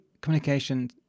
communication